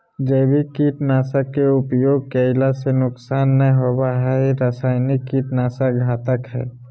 जैविक कीट नाशक के उपयोग कैला से नुकसान नै होवई हई रसायनिक कीट नाशक घातक हई